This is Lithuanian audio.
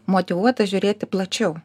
motyvuotas žiūrėti plačiau